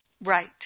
Right